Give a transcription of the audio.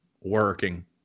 working